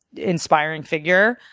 inspiring figure.